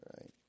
right